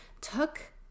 took